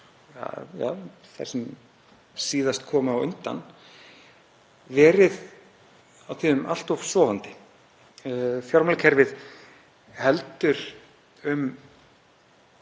þær sem síðast komu á undan verið á tíðum allt of sofandi. Fjármálakerfið heldur um